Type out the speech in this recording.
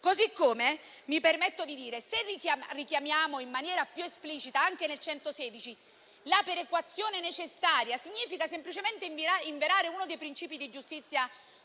Così come mi permetto di dire che, se richiamiamo in maniera più esplicita nell'articolo 116 la perequazione necessaria, ciò significa semplicemente inverare uno dei principi di giustizia